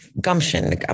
gumption